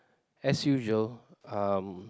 as usual um